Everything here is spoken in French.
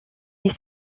est